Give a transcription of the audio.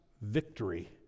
victory